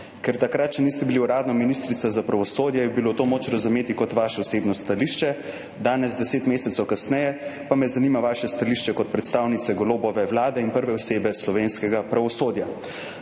Ker takrat še niste bili uradno ministrica za pravosodje, je bilo to moč razumeti kot vaše osebno stališče, danes, 10 mesecev kasneje pa me zanima vaše stališče kot predstavnice Golobove vlade in prve osebe slovenskega pravosodja.